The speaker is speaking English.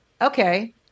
okay